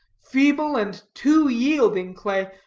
feeble, and too-yielding clay.